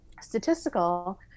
statistical